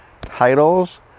titles